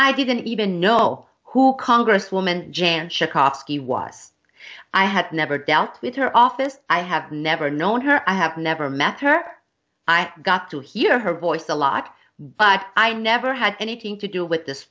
i didn't even know who congresswoman jan schakowsky was i had never dealt with her office i have never known her i have never met her i got to hear her voice a lot but i never had anything to do with this